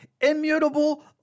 immutable